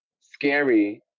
scary